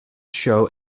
show